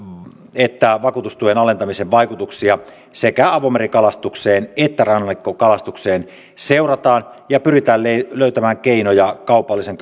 että vakuutustuen alentamisen vaikutuksia sekä avomerikalastukseen että rannikkokalastukseen seurataan ja pyritään löytämään keinoja kaupallisen